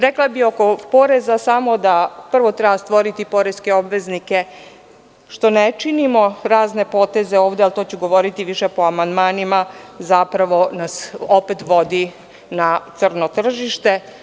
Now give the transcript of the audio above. Rekla bih oko poreza samo da prvo treba stvoriti poreske obveznike, što ne činimo, razne poteze, ali to ću govoriti više po amandmanima, zapravo nas opet vodi na crno tržište.